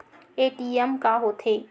ATM का होथे?